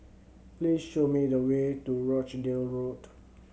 please show me the way to Rochdale Road